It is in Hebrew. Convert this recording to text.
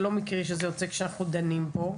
זה לא מקרי שזה יוצא בזמן שאנחנו דנים פה.